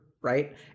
Right